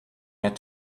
had